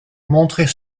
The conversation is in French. montrait